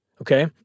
Okay